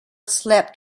slept